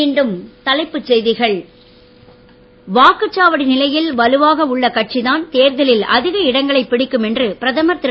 மீண்டும் தலைப்புச் செய்திகள் வாக்குச்சாவடி நிலையில் வலுவாக உள்ள கட்சிதான் தேர்தலில் அதிக இடங்களை பிடிக்கும் என்று பிரதமர் திரு